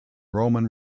roman